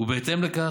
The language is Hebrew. בהתאם לכך,